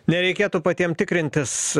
nereikėtų patiem tikrintis